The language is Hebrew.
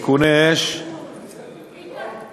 בשונה מעובדי הרשות שאינם מתנדבים,